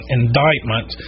indictment